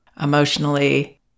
emotionally